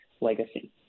legacy